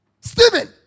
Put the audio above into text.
Stephen